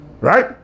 Right